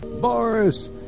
Boris